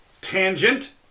tangent